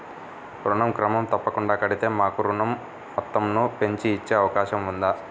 ఋణం క్రమం తప్పకుండా కడితే మాకు ఋణం మొత్తంను పెంచి ఇచ్చే అవకాశం ఉందా?